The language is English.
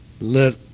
let